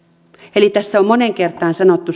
tässä on moneen kertaan sanottu